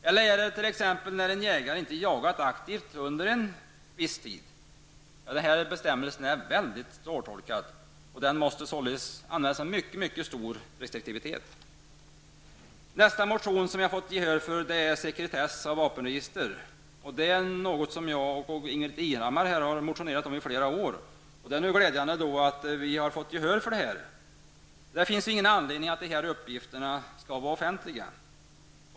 Eller skulle tillstånd återkallas när en jägare inte har jagat aktivt under en viss tid? Denna bestämmelse är väldigt svårtolkad, och den måste således användas med mycket stor restriktivitet. En annan motion som vi har fått gehör för gäller sekretess av vapenregister. Det är någonting som jag och Ingbritt Irhammar har motionerat om i flera år. Det är därför glädjande att vi nu fått gehör för vårt krav. Det finns ingen anledning att kräva att uppgifterna i vapenregistret skall vara offentliga.